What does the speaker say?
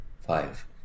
five